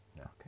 okay